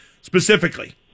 specifically